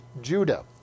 Judah